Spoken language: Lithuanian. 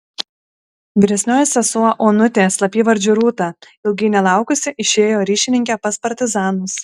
vyresnioji sesuo onutė slapyvardžiu rūta ilgai nelaukusi išėjo ryšininke pas partizanus